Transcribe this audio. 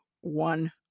one